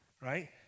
right